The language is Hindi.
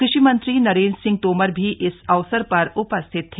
कृषि मंत्री नरेन्द्र सिंह तोमर भी इस अवसर पर उपस्थित थे